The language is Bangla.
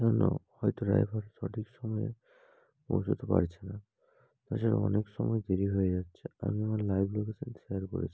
সেই জন্য হয়তো ড্রাইভার সঠিক সময়ে পৌঁছতে পারছে না ওই জন্য অনেক সময় দেরি হয়ে যাচ্ছে আমি আমার লাইভ লোকেশান শেয়ার করেছি